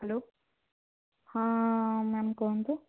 hello ହଁ ma'am କୁହନ୍ତୁ